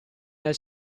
nel